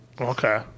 Okay